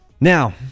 Now